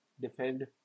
defend